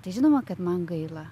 tai žinoma kad man gaila